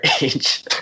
age